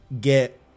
get